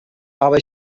aber